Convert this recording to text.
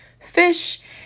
fish